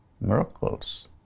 Miracles